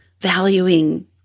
valuing